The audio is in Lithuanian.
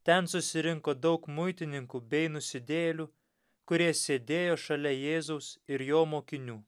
ten susirinko daug muitininkų bei nusidėjėlių kurie sėdėjo šalia jėzaus ir jo mokinių